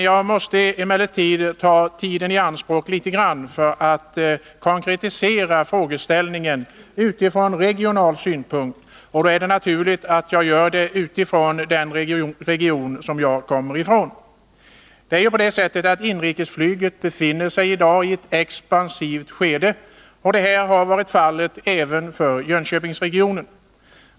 Jag måste emellertid ta litet tid i anspråk för att från regional synpunkt konkretisera den fråga det gäller, och det är naturligt att jag gör det med utgångspunkt i den region som jag själv representerar. Inrikesflyget befinner sig i dag i ett expansivt skede, och så har varit fallet även för Jönköpingsregionen.